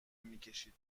میکشید